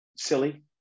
Silly